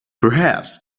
perhaps